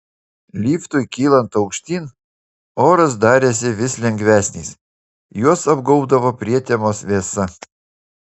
liftui kylant aukštyn oras darėsi vis lengvesnis juos apgaubdavo prietemos vėsa